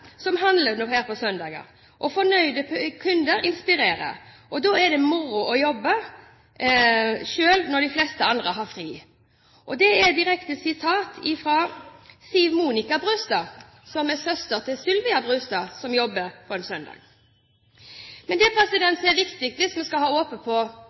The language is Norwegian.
som handler her på søndager. Og fornøyde kunder inspirerer. Da er det moro å jobbe, selv når de fleste andre har fri.» Det er et sitat fra Siv Monica Brustad. Hun jobber på søndager og er søster til Sylvia Brustad. Men det som er viktig, hvis vi skal åpne for at flere fullsortimentsbutikker kan ha åpent på